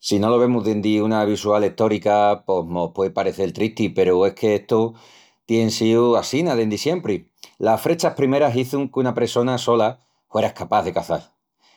Si no lo vemus dendi una visual estórica pos mos puei parecel tristi peru es qu'estu tien síu assina dendi siempri. Las frechas primeras hizun que una pressona sola huera escapás de caçal.